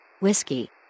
Whiskey